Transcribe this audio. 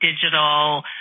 digital